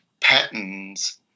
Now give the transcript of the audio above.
patterns